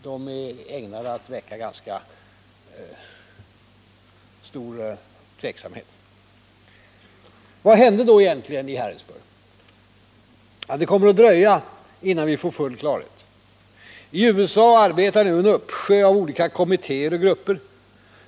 De är ägnade att väcka mycket stor Vad hände då egentligen i Harrisburg? Det kommer att dröja innan vi får full klarhet. I USA arbetar nu en uppsjö av olika kommittéer och grupper.